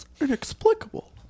inexplicable